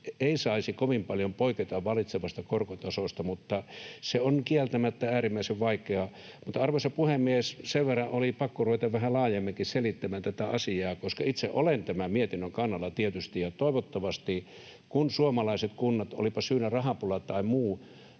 ei saisi kovin paljoa poiketa vallitsevasta korkotasosta, mutta se on kieltämättä äärimmäisen vaikeaa. Arvoisa puhemies! Sen verran oli pakko ruveta vähän laajemminkin selittämään tätä asiaa, koska itse olen tämän mietinnön kannalla tietysti. Toivottavasti, kun suomalaiset kunnat, olipa syynä rahapula tai muu,